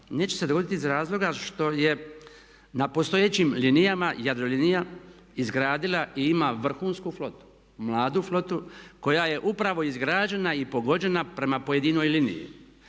Neće se dogoditi iz razloga što je na postojećim linijama Jadrolinija izgradila i ima vrhunsku, mladu flotu koja je upravo izgrađena i pogođena prema pojedinoj liniji.